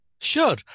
Sure